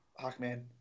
Hawkman